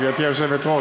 גברתי היושבת-ראש,